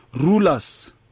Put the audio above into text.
Rulers